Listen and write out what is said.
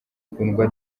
kundwa